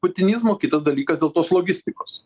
putinizmo kitas dalykas dėl tos logistikos